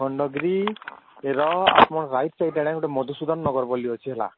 ଖଣ୍ଡଗିରିର ଆପଣ right side ଆଡ଼େ ଗୋଟେ ମଧୁସୂଦନ ନଗର ବୋଲି ଅଛି ହେଲା